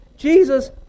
Jesus